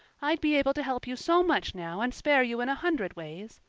i'd be able to help you so much now and spare you in a hundred ways.